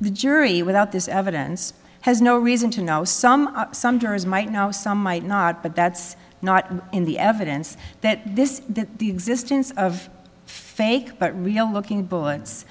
the jury without this evidence has no reason to know some some jurors might now some might not but that's not in the evidence that this the existence of fake but real looking bullets